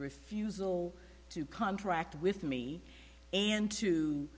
refusal to contract with me and to